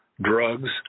drugs